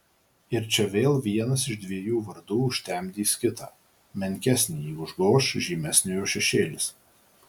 ir čia vėl vienas iš dviejų vardų užtemdys kitą menkesnįjį užgoš žymesniojo šešėlis